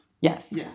Yes